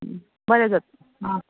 बरें जात आं